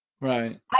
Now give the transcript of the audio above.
Right